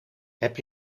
heb